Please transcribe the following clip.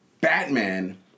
Batman